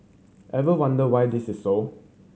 ever wonder why this is so